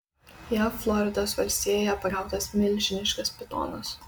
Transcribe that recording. jav floridos valstijoje pagautas milžiniškas pitonas